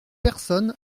personne